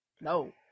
No